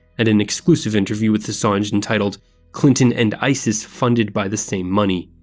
and an exclusive interview with assange entitled clinton and isis funded by the same money.